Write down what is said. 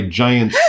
giant